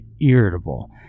irritable